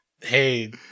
hey